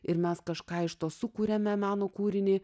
ir mes kažką iš to sukūrėme meno kūrinį